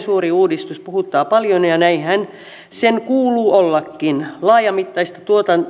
suuri uudistus puhuttaa paljon ja näinhän sen kuuluu ollakin laajamittaista